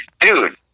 Dude